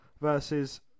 versus